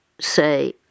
say